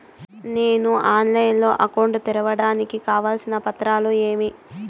నేను ఆన్లైన్ లో అకౌంట్ తెరవడానికి కావాల్సిన పత్రాలు ఏమేమి?